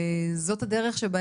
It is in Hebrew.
וזאת הדרך שבה